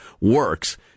works